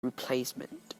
replacement